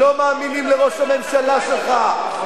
לא מאמינים לראש הממשלה שלך.